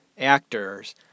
actors